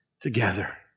together